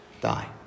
die